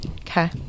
Okay